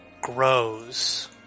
grows